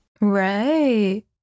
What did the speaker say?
Right